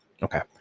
Okay